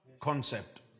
concept